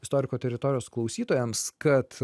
istoriko teritorijos klausytojams kad